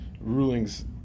rulings